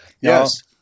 Yes